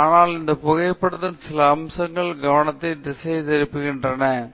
ஆனால் இந்த புகைப்படத்தின் சில அம்சங்களும் கவனத்தை திசை திருப்புகின்றன